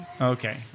Okay